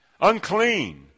unclean